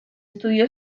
estudió